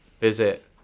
visit